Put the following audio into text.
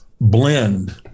blend